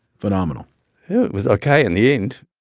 phenomenal it was ok in the end